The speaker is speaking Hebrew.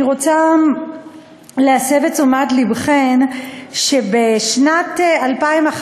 אני רוצה להסב את תשומת לבכם שבשנים 2011